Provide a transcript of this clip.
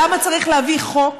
למה צריך להביא חוק